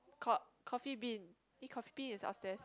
Co~ Coffee Bean eh Coffee Bean is upstairs